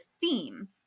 theme